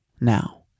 now